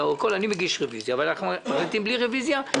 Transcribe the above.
בדיוק